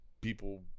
people